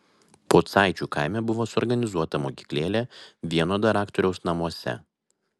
pocaičių kaime buvo suorganizuota mokyklėlė vieno daraktoriaus namuose